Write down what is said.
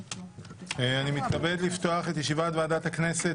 אני מתכבד לפתוח את ישיבת ועדת הכנסת.